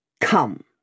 Come